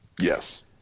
Yes